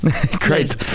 great